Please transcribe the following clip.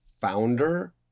founder